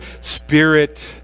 spirit